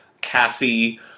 Cassie